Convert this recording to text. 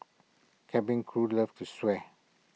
cabin crew love to swear